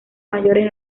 mayores